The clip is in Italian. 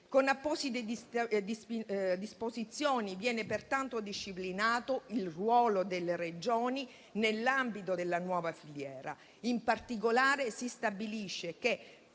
Con apposite disposizioni, viene pertanto disciplinato il ruolo delle Regioni nell'ambito della nuova filiera. In particolare, si stabilisce che,